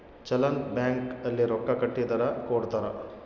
challan bank ಅಲ್ಲಿ ರೊಕ್ಕ ಕಟ್ಟಿದರ ಕೋಡ್ತಾರ